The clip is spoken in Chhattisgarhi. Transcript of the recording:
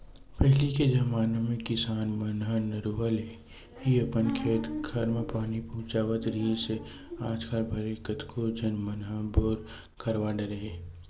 पहिली के जमाना म किसान मन ह नरूवा ले ही अपन खेत खार म पानी पहुँचावत रिहिस हे आजकल भले कतको झन मन ह बोर करवा डरे हे